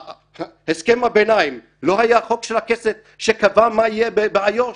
הסכם הביניים לא היה חוק של הכנסת שקבע מה יהיה באיו"ש?